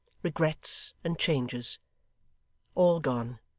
regrets and changes all gone.